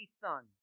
Son